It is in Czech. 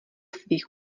svých